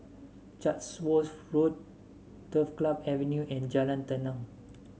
Chatsworth Road Turf Club Avenue and Jalan Tenang